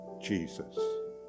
jesus